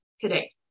today